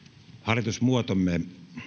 hallitusmuotomme